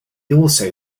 also